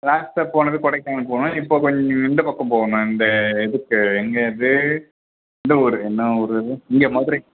லாஸ்ட்டாக போனது கொடைக்கானல் போனோம் இப்போ கொஞ்சம் இந்த பக்கம் போகணும் இந்த இதுக்கு எங்கே அது எந்த ஊர் என்ன ஊர் அது இங்கே மதுரை